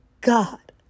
God